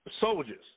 soldiers